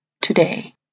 today